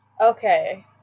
Okay